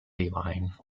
line